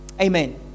Amen